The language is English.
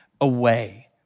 away